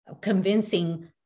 convincing